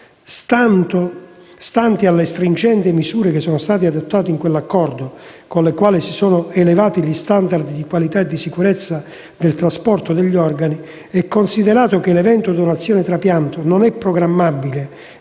stante le stringenti misure adottate con l'accordo, con le quali si sono elevati gli *standard* di qualità e sicurezza del trasporto degli organi, e considerato che l'evento donazione-trapianto non è programmabile